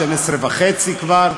00:30 כבר.